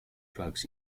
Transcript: drugs